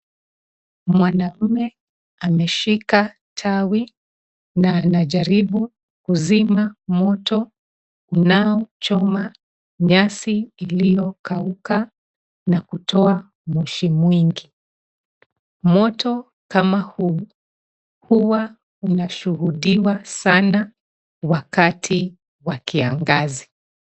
Mwanamume ameshika tawi na anajaribu kuzima moto unaochoma nyasi iliyokauka na kutoa moshi mwingi. Moto kama huu huwa inashuhudiwa sana wakati wa kiangazi.